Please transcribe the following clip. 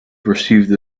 perceived